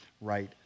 right